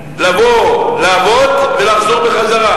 לבוא, לעבוד ולחזור בחזרה.